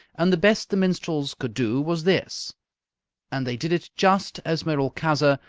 and the best the minstrels could do was this and they did it just as merolchazzar,